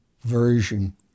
version